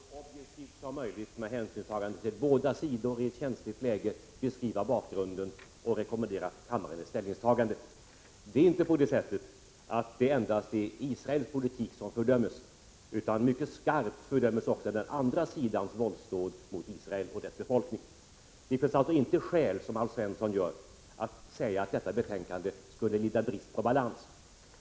Herr talman! Detta utskottsbetänkande är enhälligt, och jag ber att få yrka bifall till utskottets hemställan i betänkandet. Detta betänkande är ett försök att så objektivt som möjligt, med hänsynstagande till båda sidor i ett känsligt läge, beskriva bakgrunden och rekommendera kammaren ett ställningstagande. Det är inte på det sättet att det endast är Israels politik som fördöms, utan den andra sidans våldsdåd mot Israel och dess befolkning fördöms också skarpt. Det finns alltså inte skäl att, som Alf Svensson gör, säga att detta betänkande skulle lida brist på balans.